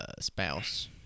spouse